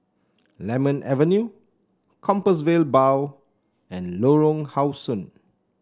Lemon Avenue Compassvale Bow and Lorong How Sun